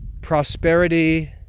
prosperity